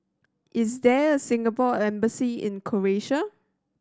is there a Singapore Embassy in Croatia